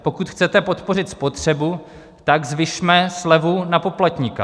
Pokud chcete podpořit spotřebu, tak zvyšme slevu na poplatníka.